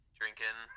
drinking